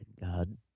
God